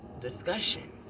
discussion